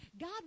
God